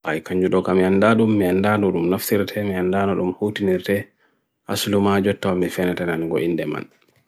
bai kanjudoka meandaadum, meandaadum nafzirete, meandaadum hotinirte, aslumajutta mifenete nangoyin deman.